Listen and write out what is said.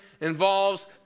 involves